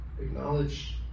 acknowledge